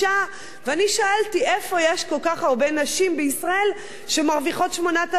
ואני שאלתי איפה יש כל כך הרבה נשים בישראל שמרוויחות 8,000 שקלים.